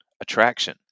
attraction